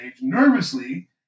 nervously